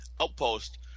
outpost